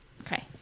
okay